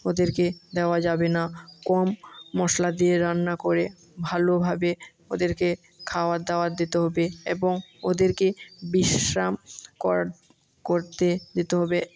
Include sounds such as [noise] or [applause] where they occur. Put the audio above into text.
ওদেরকে দেওয়া যাবে না কম মশলা দিয়ে রান্না করে ভালোভাবে ওদেরকে খাওয়ার দাওয়ার দিতে হবে এবং ওদেরকে বিশ্রাম [unintelligible] করতে দিতে হবে